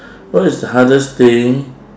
what is the hardest thing